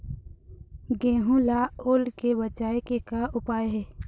गेहूं ला ओल ले बचाए के का उपाय हे?